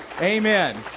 Amen